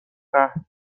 قهر